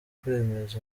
kwemeza